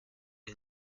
est